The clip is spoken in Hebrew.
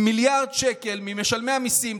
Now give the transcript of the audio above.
3.2 מיליארד שקל ממשלמי המיסים,